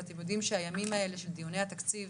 ואתם יודעים שהימים האלה של דיוני התקציב